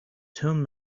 turn